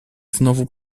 znowu